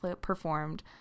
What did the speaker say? performed